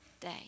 day